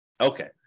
Okay